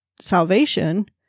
salvation